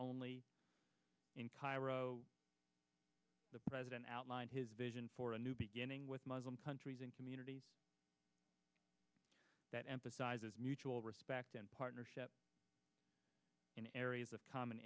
only in cairo the president outlined his vision for a new beginning with muslim countries and communities that emphasizes mutual respect and partnership in areas of common